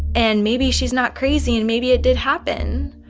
and maybe she's not crazy, and maybe it did happen.